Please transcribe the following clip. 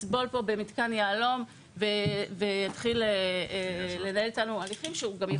יסבול כאן במיתקן יהלום ויתחיל לנהל איתנו הליכים אותם הוא יכול